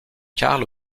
karl